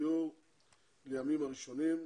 דיור לימים הראשונים,